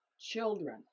Children